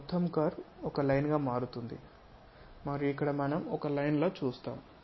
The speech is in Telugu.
ఈ మొత్తం కర్వ్ ఒక లైన్ గా మారుతుంది మరియు ఇక్కడ మనం ఒక లైన్ లా చూస్తాము